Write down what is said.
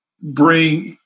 bring